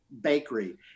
Bakery